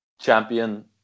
champion